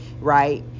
right